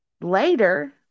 Later